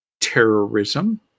terrorism